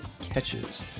catches